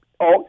Okay